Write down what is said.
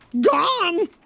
gone